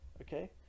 okay